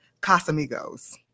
Casamigos